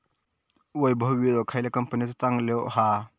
वैभव विळो खयल्या कंपनीचो चांगलो हा?